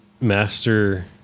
master